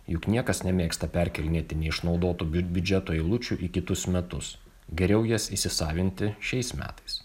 juk niekas nemėgsta perkėlinėti neišnaudotų biudžeto eilučių į kitus metus geriau jas įsisavinti šiais metais